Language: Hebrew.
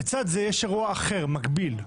לצד זה, יש אירוע אחר מקביל,